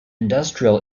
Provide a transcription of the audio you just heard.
industrial